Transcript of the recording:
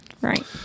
Right